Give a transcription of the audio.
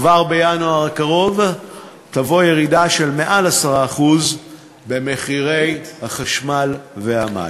כבר בינואר הקרוב תבוא ירידה של יותר מ-10% במחירי החשמל והמים,